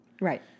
Right